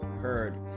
heard